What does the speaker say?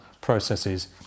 processes